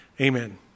Amen